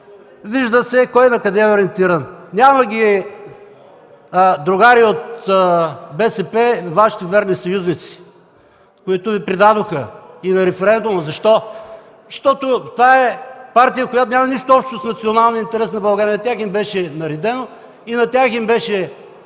вижда се кой накъде е ориентиран. Няма ги, другари от БСП, Вашите верни съюзници, които Ви предадоха и на референдума. Защо? Защото това е партия, която няма нищо общо с националния интерес на България! На тях им беше наредено и на тях им беше